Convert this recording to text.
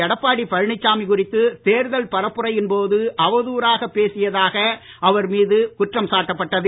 எடப்பாடி பழனிசாமி குறித்து தேர்தல் பரப்புரையின் போது அவதூறாக பேசியதாக அவர் மீது குற்றம் சாட்டப்பட்டது